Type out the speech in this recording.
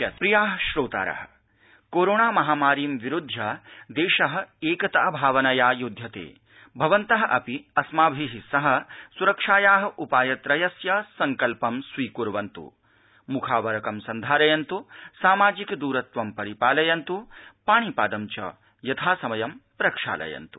COVID संचेतना सन्देश प्रियाः श्रोतारः कोरोणा महामारी विरुध्य दक्षष एकता भावनया युध्यत अवन्तः अपि अस्माभि सह सुरक्षाया उपायत्रयस्य सड़कल्प स्वीकृर्वन्तु मुखावरकं सन्धारयन्त् सामाजिकदौर्यं परिपालयन्तु पाणिपादं च यथासमयं प्रक्षालयन्तु